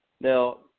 Now